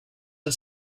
had